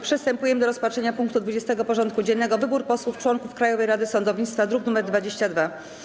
Przystępujemy do rozpatrzenia punktu 20. porządku dziennego: Wybór posłów-członków Krajowej Rady Sądownictwa (druk nr 22)